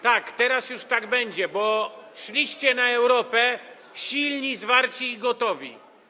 Tak, teraz już tak będzie, bo szliście na Europę silni, zwarci i gotowi.